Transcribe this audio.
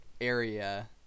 area